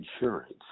insurance